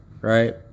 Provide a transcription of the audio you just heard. Right